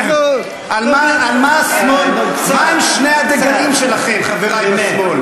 מה הם שני הדגלים שלכם, חברי מהשמאל?